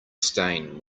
stain